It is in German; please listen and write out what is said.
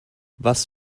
was